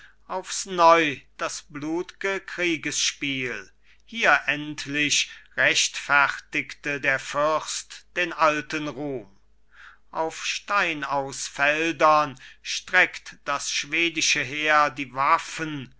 aufs neu das blutge kriegesspiel hier endlich rechtfertigte der fürst den alten ruhm auf steinaus feldern streckt das schwedische heer die waffen